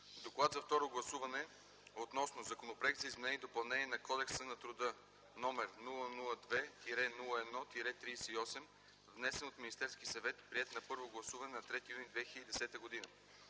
Доклад за второ гласуване относно Законопроект за изменение и допълнение на Кодекса на труда, № 002-01-38, внесен от Министерския съвет, приет на първо гласуване на 3 юни 2010 г.